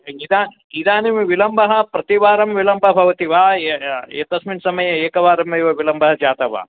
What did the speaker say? इदानीं इदानीं विलम्बः प्रतिवारं विलम्बः भवति वा एतस्मिन् समये एकवारमेव विलम्बः जातः वा